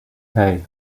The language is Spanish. hey